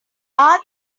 are